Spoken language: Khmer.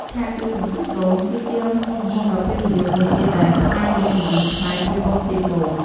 ឆាគ្រឿងពងទាកូន គឺជាមុខម្ហូបដ៏ពេញនិយមមួយទៀតដែលខ្មែរយើងនិយមច្នៃពីពងទាកូន។